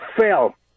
fail